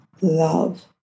love